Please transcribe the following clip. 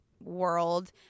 world